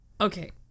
Okay